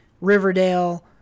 Riverdale